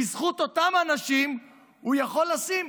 בזכות אותם אנשים הוא יכול לשים,